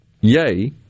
yay